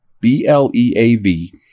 B-L-E-A-V